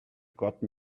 gotten